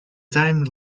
time